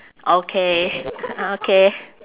okay ah okay